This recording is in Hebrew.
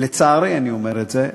לצערי אני אומר את זה,